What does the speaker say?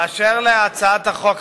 אשר להצעת החוק,